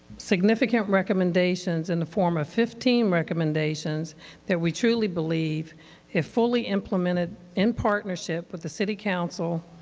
significant recommendations in the form of fifteen recommendations that we truly believe if fully implemented in partnership with the city council,